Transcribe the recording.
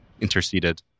interceded